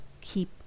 keep